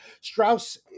Strauss